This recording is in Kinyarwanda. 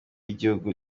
y’igihugu